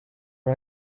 her